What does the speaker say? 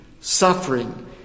suffering